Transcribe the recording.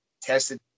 tested